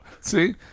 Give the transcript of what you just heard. See